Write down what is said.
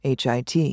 HIT